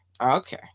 okay